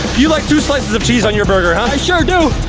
you like two slices of cheese on your burger, huh? i sure do.